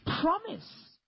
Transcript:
promise